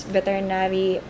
veterinary